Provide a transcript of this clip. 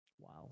Wow